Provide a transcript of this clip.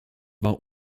war